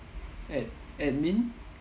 ad~ admin